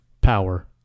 power